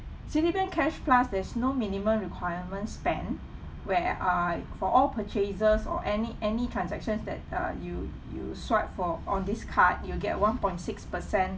citibank cash plus there's no minimum requirements spend where I for all purchases or any any transactions that uh you you swipe for on this card you'll get one point six percent